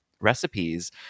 recipes